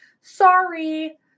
Sorry